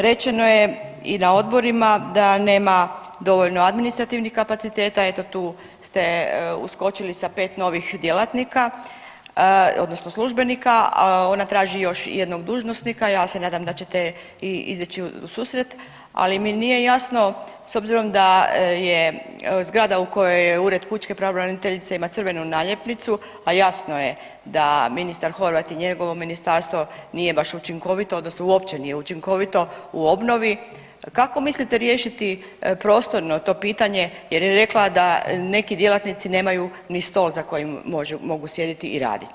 Rečeno je i na odborima da nema dovoljno administrativnih kapaciteta, eto tu ste uskočili sa 5 novih djelatnika, odnosno službenika, a ona traži još jednog dužnosnika, ja se nadam da ćete i izići u susret, ali mi nije jasno s obzirom da zgrada u kojoj je ured pučke pravobraniteljice ima crvenu naljepnicu, a jasno je da ministar Horvat i njegovo ministarstvo nije baš učinkovito odnosno uopće nije učinkovito u obnovi, kako mislite riješiti prostorno to pitanje jer je rekla da neki djelatnici nemaju ni stol za kojim mogu sjediti i raditi?